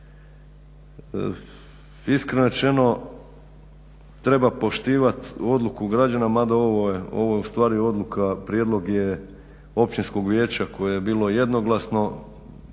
Iskreno rečeno treba poštivat odluku građana, mada ovo je u stvari odluka, prijedlog je općinskog vijeća koje je bilo jednoglasno.